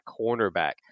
cornerback